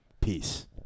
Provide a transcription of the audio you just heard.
Peace